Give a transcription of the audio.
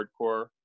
hardcore